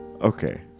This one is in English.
Okay